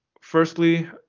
firstly